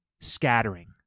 scattering